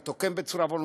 או כן בצורה וולונטרית,